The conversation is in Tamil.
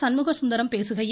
சண்முகசுந்தரம் பேசுகையில்